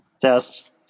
Test